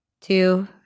Two